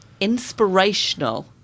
Inspirational